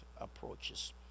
approaches